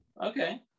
Okay